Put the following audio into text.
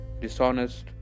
dishonest